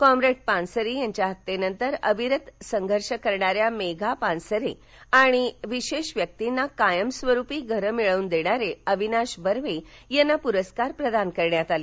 comrade Pansare यांच्या हत्त्येनंतर अविरत संघर्ष करणाऱ्या मेघा पानसरे आणि विशेष व्यक्तींना कायम स्वरुपी घरं मिळवून देणारे अविनाश बर्वे यांना पुरस्कार प्रदान करण्यात आला